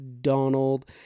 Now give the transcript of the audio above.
Donald